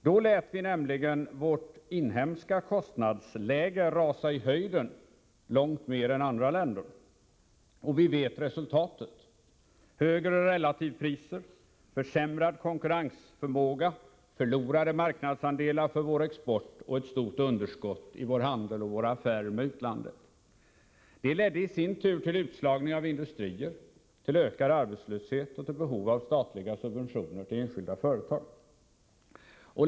Då lät Sverige det inhemska kostnadsläget raka i höjden långt mer än andra länder, och vi vet resultatet: högre relativpriser, försämrad konkurrensförmåga, förlorade marknadsandelar för vår export och ett stort underskott i vår handel med utlandet. Det ledde i sin tur till utslagning av industrier, till ökad arbetslöshet och till behov av statliga subventioner till enskilda företag.